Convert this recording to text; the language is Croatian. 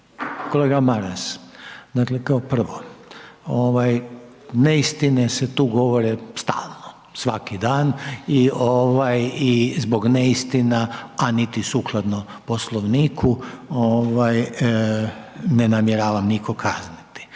Kolega Maras, dakle kao prvo, neistine se tu govore stalno, svaki dan i zbog neistina a niti sukladno Poslovniku ne namjeravam nikog kazniti